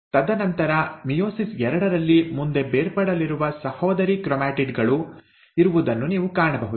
ತದನಂತರ ಮಿಯೋಸಿಸ್ ಎರಡರಲ್ಲಿ ಮುಂದೆ ಬೇರ್ಪಡಲಿರುವ ಸಹೋದರಿ ಕ್ರೊಮ್ಯಾಟಿಡ್ ಗಳು ಇರುವುದನ್ನು ನೀವು ಕಾಣಬಹುದು